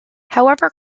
however